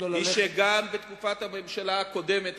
היא שגם בתקופת הממשלה הקודמת,